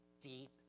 deep